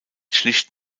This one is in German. schlicht